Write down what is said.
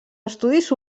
estudis